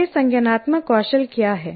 ये संज्ञानात्मक कौशल क्या हैं